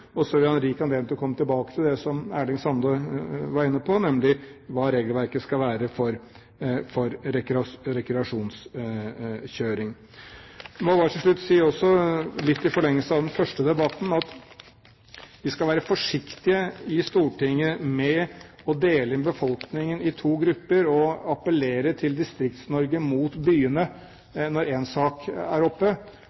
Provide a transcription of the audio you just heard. og så får vi rik anledning til å komme tilbake til det som Erling Sande var inne på, nemlig hva regelverket for rekreasjonskjøring skal være. Jeg må bare til slutt si – litt i forlengelsen av den første debatten – at vi skal være forsiktige i Stortinget med å dele befolkningen inn i to grupper og appellere til DistriktsNorge mot byene